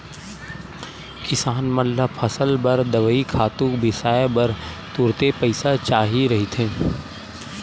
किसान मन ल फसल बर दवई, खातू बिसाए बर तुरते पइसा चाही रहिथे